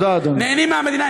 נהנים מהמדינה.